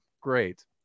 great